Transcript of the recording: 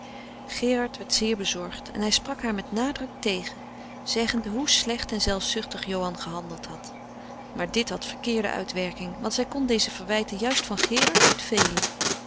gerard werd zeer bezorgd en hij sprak haar met nadruk tegen zeggende hoe slecht en zelfzuchtig johan gehandeld had maar dit had verkeerde uitwerking want zij kon deze verwijten juist van gerard niet velen